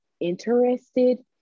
interested